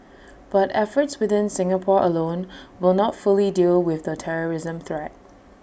but efforts within Singapore alone will not fully deal with the terrorism threat